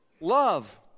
love